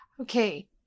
Okay